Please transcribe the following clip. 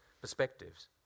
perspectives